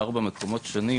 או ארבע מקומות שונים,